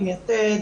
עם יתד,